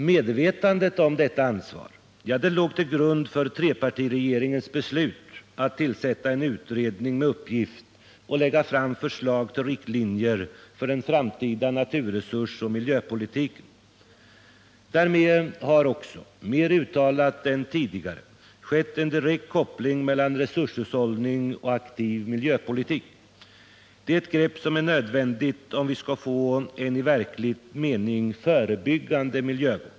Medvetandet om detta ansvar låg till grund för trepartiregeringens beslut att tillsätta en utredning med uppgift att lägga fram förslag till riktlinjer för den framtida naturresursoch miljöpolitiken. Därmed har också — mer uttalat än tidigare — skett en direkt koppling mellan resurshushållning och aktiv miljöpolitik. Det är ett grepp som är nödvändigt om vi skall få en i verklig mening förebyggande miljövård.